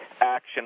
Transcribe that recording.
action